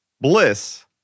Bliss